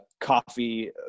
coffee